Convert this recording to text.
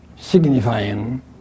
Signifying